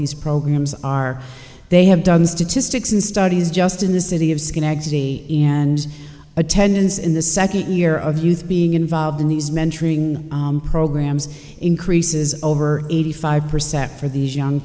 these programs are they have done the statistics and studies just in the city of schenectady and attendance in the second year of youth being involved in these mentoring programs increases over eighty five percent for these young